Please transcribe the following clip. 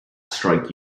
strike